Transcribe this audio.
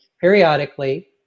periodically